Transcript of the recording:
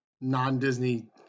non-Disney